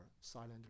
silent